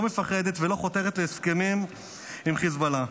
לא מפחדת ולא חותרת להסכמים עם חיזבאללה.